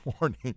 morning